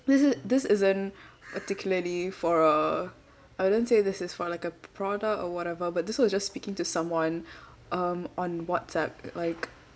this is this isn't particularly for a I wouldn't say this is for like a product or whatever but this was just speaking to someone um on WhatsApp like